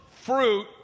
fruit